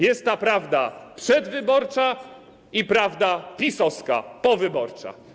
Jest prawda przedwyborcza i prawda PiS-owska, powyborcza.